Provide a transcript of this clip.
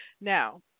Now